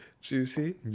juicy